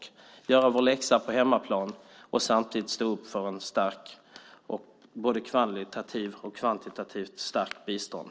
Vi måste kunna göra vår läxa på hemmaplan och samtidigt stå upp för ett både kvalitativt och kvantitativt starkt bistånd.